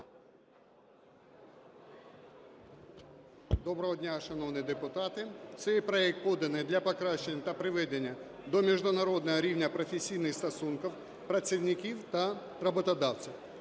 Доброго дня, шановні депутати. Цей проект поданий для покращання та приведення до міжнародного рівня професійних стосунків працівників та роботодавців.